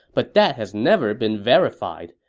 but that has never been verified.